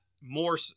more